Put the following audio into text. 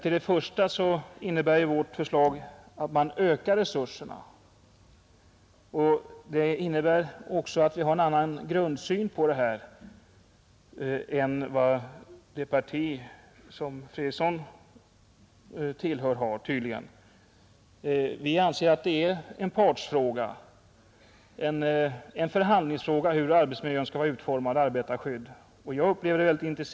Men vårt förslag innebär ju att man ökar resurserna. Vi har tydligen en annan grundsyn på detta än det parti har som herr Fredriksson tillhör. Vi anser att det är en partsfråga, en förhandlingsfråga, hur arbetsmiljön och arbetarskyddet skall vara utformade.